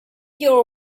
your